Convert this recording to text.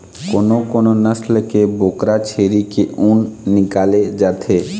कोनो कोनो नसल के बोकरा छेरी के ऊन निकाले जाथे